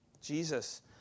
Jesus